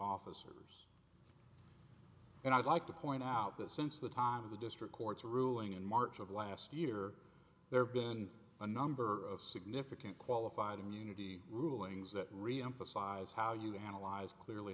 officers and i'd like to point out that since the time of the district court's ruling in march of last year there have been a number of significant qualified immunity rulings that reemphasize how you analyze clearly